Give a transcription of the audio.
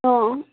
অঁ